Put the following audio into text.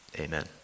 Amen